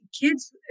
kids